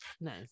Nice